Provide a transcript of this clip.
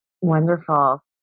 Wonderful